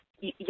Yes